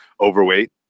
overweight